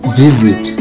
visit